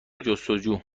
جستجو